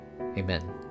Amen